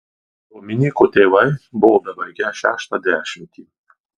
dominyko tėvai buvo bebaigią šeštą dešimtį